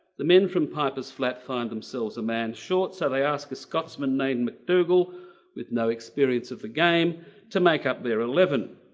the men from piper's flat find themselves a man short so they ask a scotsman named mcdougall with no experience of the game to make up the eleven.